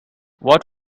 what